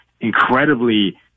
incredibly